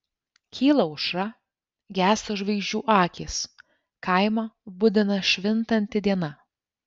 kyla aušra gęsta žvaigždžių akys kaimą budina švintanti diena